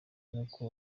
n’uko